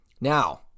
Now